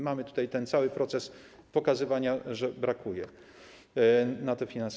Mamy tutaj ten cały proces pokazywania, że brakuje na te finanse.